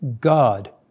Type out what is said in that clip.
God